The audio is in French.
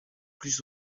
plus